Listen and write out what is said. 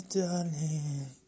darling